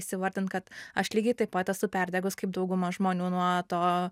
įsivardint kad aš lygiai taip pat esu perdegus kaip dauguma žmonių nuo to